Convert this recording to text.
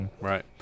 Right